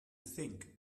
think